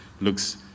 looks